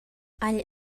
agl